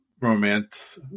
romance